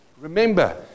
Remember